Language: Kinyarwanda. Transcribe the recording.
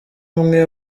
umwe